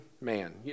man